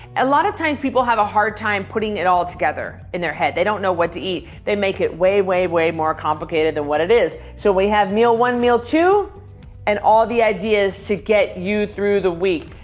a lot of times people have a hard time putting it all together in their head. they don't know what to eat. they make it way, way, way more complicated than what it is. so we have meal one, meal two and all the ideas to get you through the week.